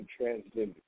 transgender